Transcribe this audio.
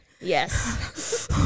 yes